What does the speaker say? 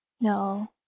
No